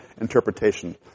interpretation